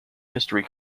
history